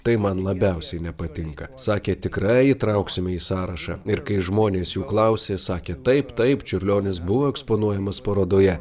tai man labiausiai nepatinka sakė tikrai įtrauksime į sąrašą ir kai žmonės jų klausė sakė taip taip čiurlionis buvo eksponuojamas parodoje